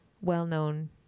well-known